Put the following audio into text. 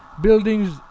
Buildings